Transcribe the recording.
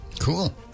Cool